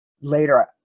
later